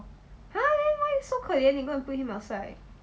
!huh! then why so 可怜 they put him outside